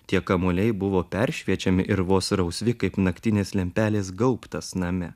tie kamuoliai buvo peršviečiami ir vos rausvi kaip naktinės lempelės gaubtas name